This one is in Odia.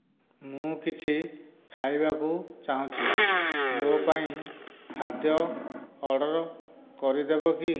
ମୁଁ କିଛି ଖାଇବାକୁ ଚାହୁଁଛି ମୋ ପାଇଁ ଖାଦ୍ୟ ଅର୍ଡ଼ର୍ କରିଦେବ କି